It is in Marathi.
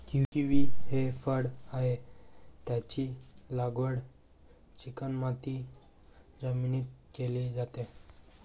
किवी हे फळ आहे, त्याची लागवड चिकणमाती जमिनीत केली जाते